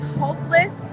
hopeless